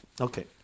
Okay